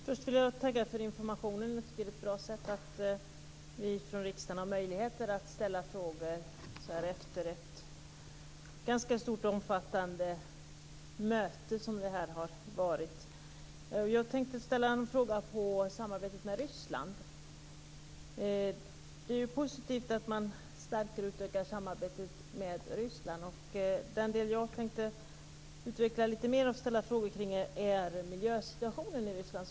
Fru talman! Först vill jag tacka för informationen. Jag tycker att det är ett bra sätt att vi från riksdagen har möjligheter att ställa frågor efter ett sådant här ganska stort och omfattande möte. Jag tänker ställa en fråga angående samarbetet med Ryssland. Det är ju positivt att man stärker och utökar samarbetet med Ryssland. Den del jag tänkte utveckla lite mer och ställa frågor kring är miljösituationen i Ryssland.